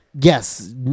yes